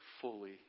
fully